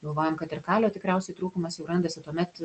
galvojom kad ir kalio tikriausiai trūkumas jau randasi tuomet